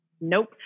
nope